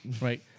Right